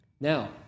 Now